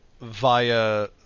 via